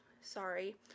sorry